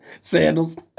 Sandals